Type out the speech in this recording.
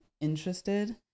interested